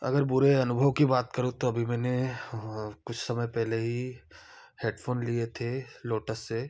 अगर बुरे अनुभव की बात करूँ तो अभी मैंने कुछ समय पहले ही हेडफ़ोन लिए थे लोटस से